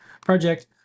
project